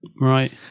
Right